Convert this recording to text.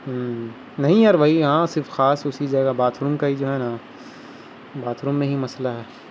نہیں ہے بھئی ہاں صرف خاص اسی جگہ باتھ روم کا ہی جو ہے نا باتھ روم میں ہی مسئلہ ہے